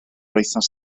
wythnos